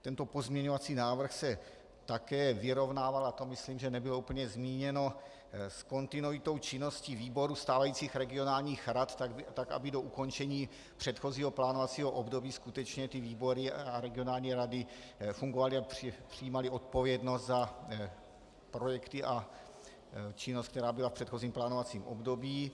Tento pozměňovací návrh se také vyrovnával, a to myslím, že nebylo úplně zmíněno, s kontinuitou činnosti výborů stávajících regionálních rad, tak aby do ukončení předchozího plánovacího období skutečně ty výbory a regionální rady fungovaly a přijímaly odpovědnost za projekty a činnost, která byla v předchozím plánovacím období.